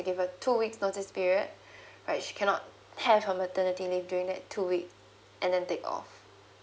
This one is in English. give a two weeks notice period right she cannot have her maternity leave during that two week and then take off